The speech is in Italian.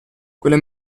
quelle